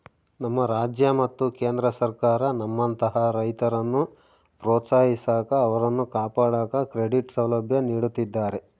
ನಮ್ಮ ರಾಜ್ಯ ಮತ್ತು ಕೇಂದ್ರ ಸರ್ಕಾರ ನಮ್ಮಂತಹ ರೈತರನ್ನು ಪ್ರೋತ್ಸಾಹಿಸಾಕ ಅವರನ್ನು ಕಾಪಾಡಾಕ ಕ್ರೆಡಿಟ್ ಸೌಲಭ್ಯ ನೀಡುತ್ತಿದ್ದಾರೆ